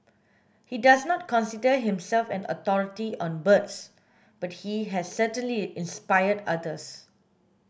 he does not consider himself an authority on birds but he has certainly inspired others